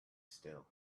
still